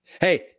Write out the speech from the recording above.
Hey